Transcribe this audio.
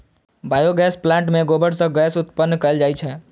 biogas plant मे गोबर सं गैस उत्पन्न कैल जाइ छै